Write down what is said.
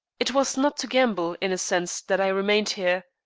it was not to gamble, in a sense, that i remained here.